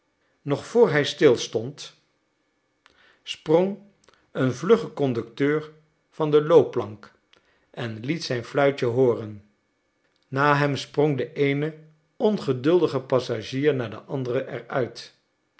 nog voorbij stil stond sprong een vlugge conducteur van de loopplank en liet zijn fluitje hooren na hem sprong de eene ongeduldige passagier na den anderen er